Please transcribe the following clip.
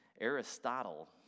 Aristotle